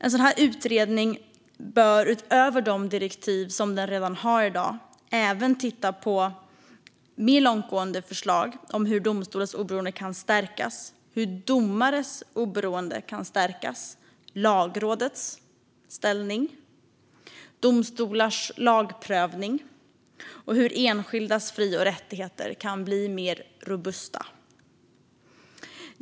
En sådan här utredning bör, utöver de direktiv den redan har i dag, även titta på mer långtgående förslag om hur domstolars oberoende kan stärkas, hur domares oberoende kan stärkas, Lagrådets ställning, domstolarnas lagprövning och hur enskildas fri och rättigheter kan bli mer robusta.